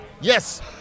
Yes